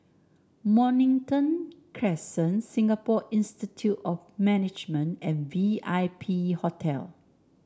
Mornington Crescent Singapore Institute of Management and V I P Hotel